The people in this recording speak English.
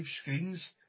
screens